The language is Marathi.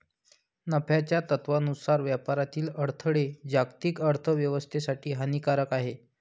नफ्याच्या तत्त्वानुसार व्यापारातील अडथळे जागतिक अर्थ व्यवस्थेसाठी हानिकारक आहेत